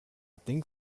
think